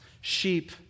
Sheep